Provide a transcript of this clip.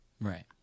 Right